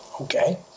Okay